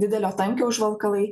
didelio tankio užvalkalai